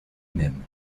même